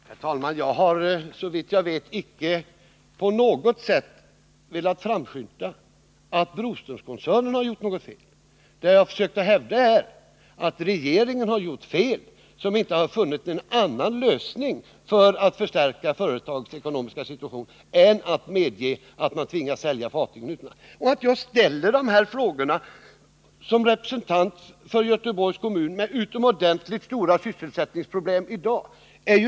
Herr talman! Jag har, såvitt jag vet, icke på något sätt framställt det hela så att Broströmskoncernen har gjort något fel. Det jag har försökt att hävda är att regeringen har gjort fel, som inte har funnit en annan lösning för att förstärka företagets ekonomiska situation än att medge att man får sälja fartyg utomlands. Det är ju inte så underligt att jag i dag ställer dessa frågor som representant för Göteborgs kommun med utomordentligt stora sysselsättningsproblem.